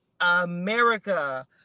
America